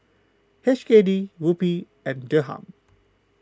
H K D Rupee and Dirham